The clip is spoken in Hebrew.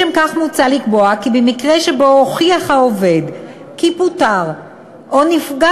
לשם כך מוצע לקבוע כי במקרה שהוכיח העובד כי פוטר או נפגע